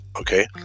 Okay